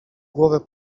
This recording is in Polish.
głowę